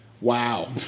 Wow